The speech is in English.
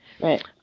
Right